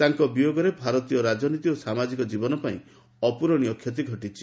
ତାଙ୍କ ବିୟୋଗରେ ଭାରତୀୟ ରାଜନୀତି ଓ ସମାାଜିକ ଜୀବନ ପାଇଁ ଅପୂରଣୀୟ କ୍ଷତି ଘଟିଛି